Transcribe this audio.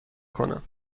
کنم